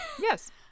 Yes